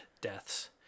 deaths